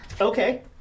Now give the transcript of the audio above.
Okay